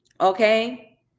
Okay